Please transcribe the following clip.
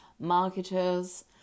marketers